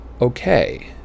okay